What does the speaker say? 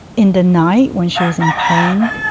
in the night when she was in pain.